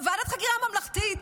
חקירה ממלכתית,